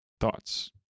Thoughts